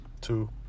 Two